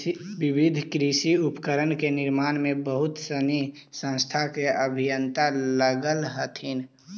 विविध कृषि उपकरण के निर्माण में बहुत सनी संस्था के अभियंता लगल हथिन